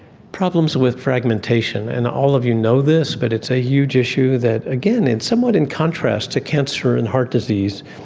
problems with fragmentation, and all of you know this but it's a huge issue that again it's somewhat in contrast to cancer and heart disease.